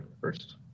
first